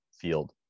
field